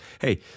hey